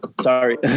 sorry